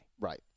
Right